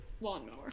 lawnmower